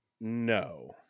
No